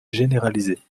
généralisées